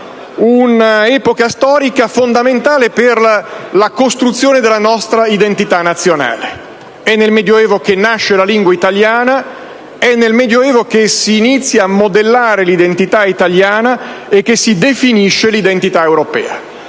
un'epoca storica fondamentale per la costruzione della nostra identità nazionale. È nel Medioevo che nasce la lingua italiana. È nel Medioevo che si inizia a modellare l'identità italiana e che si definisce l'identità europea.